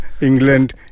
England